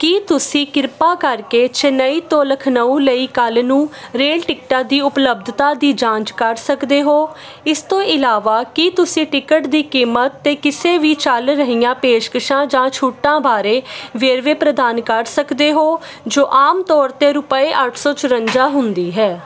ਕੀ ਤੁਸੀਂ ਕਿਰਪਾ ਕਰਕੇ ਚੇਨਈ ਤੋਂ ਲਖਨਊ ਲਈ ਕੱਲ੍ਹ ਨੂੰ ਰੇਲ ਟਿਕਟਾਂ ਦੀ ਉਪਲੱਬਧਤਾ ਦੀ ਜਾਂਚ ਕਰ ਸਕਦੇ ਹੋ ਇਸ ਤੋਂ ਇਲਾਵਾ ਕੀ ਤੁਸੀਂ ਟਿਕਟ ਦੀ ਕੀਮਤ ਤੇ ਕਿਸੇ ਵੀ ਚੱਲ ਰਹੀਆਂ ਪੇਸ਼ਕਸ਼ਾਂ ਜਾਂ ਛੋਟਾਂ ਬਾਰੇ ਵੇਰਵੇ ਪ੍ਰਦਾਨ ਕਰ ਸਕਦੇ ਹੋ ਜੋ ਆਮ ਤੌਰ 'ਤੇ ਰੁਪਏ ਅੱਠ ਸੌ ਚੁਰੰਜਾ ਹੁੰਦੀ ਹੈ